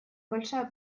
большая